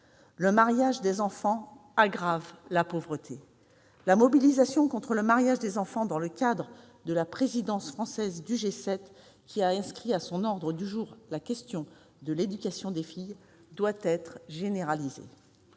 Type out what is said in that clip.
Le mariage des enfants aggrave la pauvreté. La mobilisation contre le mariage des enfants dans le cadre de la présidence française du G7, qui a inscrit à son ordre du jour la question de l'éducation des filles, doit être généralisée.